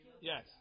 yes